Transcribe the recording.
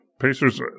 Pacers